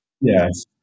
Yes